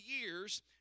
years